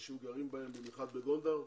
שאנשים גרים בהם, במיוחד בגונדר,